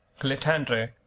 clitandre,